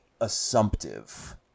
assumptive